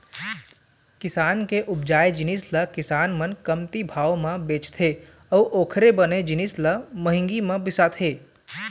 किसान के उपजाए जिनिस ल किसान मन कमती भाव म बेचथे अउ ओखरे बने जिनिस ल महंगी म बिसाथे